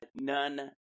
None